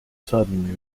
suddenly